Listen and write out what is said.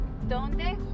¿dónde